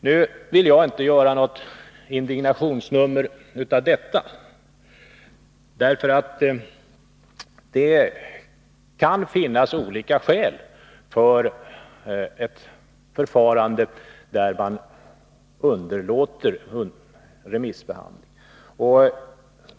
Jag vill inte göra något indignationsnummer av detta — det kan finnas olika skäl för att underlåta remissbehandling.